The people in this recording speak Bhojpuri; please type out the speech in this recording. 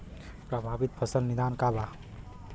प्रभावित फसल के निदान का बा?